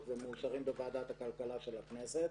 ומאושרים בוועדת הכלכלה של הכנסת,